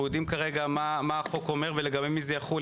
אנחנו יודעים כרגע מה החוק אומר ולגבי מי זה יחול.